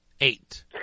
Eight